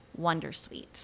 Wondersuite